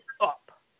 up